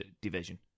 division